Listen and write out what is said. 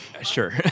sure